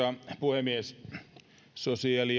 puhemies sosiaali